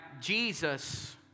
Jesus